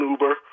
Uber